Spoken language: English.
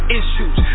issues